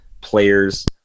players